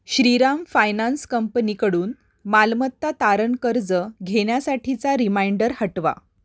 Shriram finance कंपनीकडून मालमत्ता तारण कर्ज घेण्यासाठीचा रिमाइंडर हटवा